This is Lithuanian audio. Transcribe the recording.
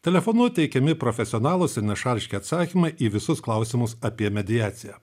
telefonu teikiami profesionalūs ir nešališki atsakymai į visus klausimus apie mediaciją